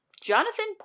Jonathan